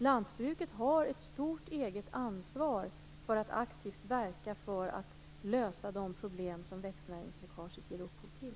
Lantbruket har ett stort eget ansvar att aktivt verka för att lösa de problem som växtnäringsläckaget ger upphov till.